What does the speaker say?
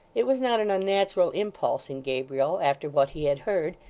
it was not an unnatural impulse in gabriel, after what he had heard,